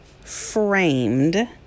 framed